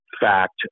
fact